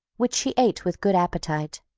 which she ate with good appetite.